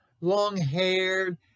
long-haired